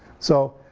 so,